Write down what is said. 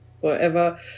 forever